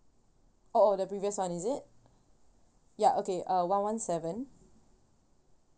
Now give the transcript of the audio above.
oh oh the previous one is it ya okay uh one one seven